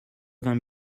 vingts